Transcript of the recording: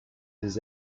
his